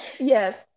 Yes